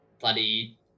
bloody